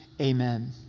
Amen